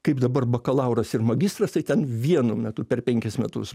kaip dabar bakalauras ir magistras tai ten vienu metu per penkis metus